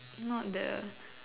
not the